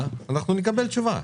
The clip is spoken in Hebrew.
אנחנו נקבל תשובה.